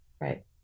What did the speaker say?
Right